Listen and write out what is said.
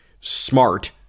smart